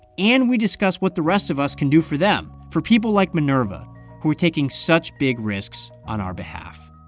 and we discuss what the rest of us can do for them for people like minerva who are taking such big risks on our behalf